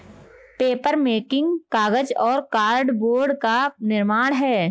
papermaking कागज और cardboard का निर्माण है